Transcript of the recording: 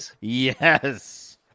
Yes